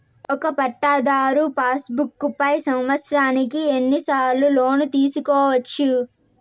ఒక పట్టాధారు passbook పై సంవత్సరానికి ఎన్ని సార్లు లోను తీసుకోవచ్చు?